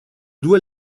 due